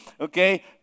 okay